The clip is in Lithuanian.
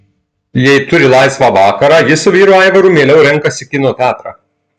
jei turi laisvą vakarą ji su vyru aivaru mieliau renkasi kino teatrą